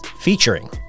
Featuring